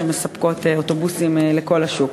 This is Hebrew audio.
שמספקות אוטובוסים לכל השוק.